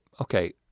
okay